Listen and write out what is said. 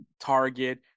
Target